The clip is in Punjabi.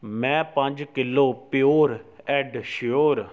ਮੈਂ ਪੰਜ ਕਿਲੋ ਪਿਓਰ ਐੱਡ ਸ਼ਿਓਰ